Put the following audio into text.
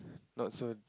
not so